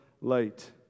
light